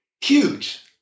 Huge